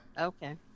Okay